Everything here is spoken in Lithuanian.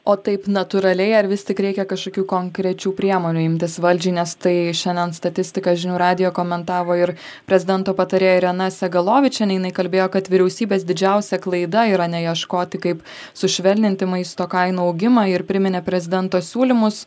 o taip natūraliai ar vis tik reikia kažkokių konkrečių priemonių imtis valdžiai nes tai šiandien statistika žinių radijo komentavo ir prezidento patarėja irena segalovičeninė jinai kalbėjo kad vyriausybės didžiausia klaida yra ne ieškoti kaip sušvelninti maisto kainų augimą ir priminė prezidento siūlymus